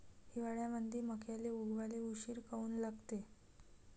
हिवाळ्यामंदी मक्याले उगवाले उशीर काऊन लागते?